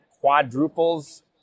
quadruples